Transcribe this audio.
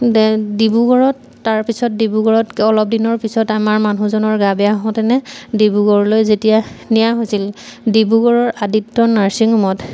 দে ডিব্ৰুগড়ত তাৰপিছত ডিব্ৰুগড়ত অলপ দিনৰ পিছত আমাৰ মানুহজনৰ গা বেয়া হওঁতেনে ডিব্ৰুগড়লৈ যেতিয়া নিয়া হৈছিল ডিব্ৰুগড়ৰ আদিত্য় নাৰ্ছিং হোমত